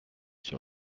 sur